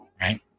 Right